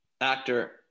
actor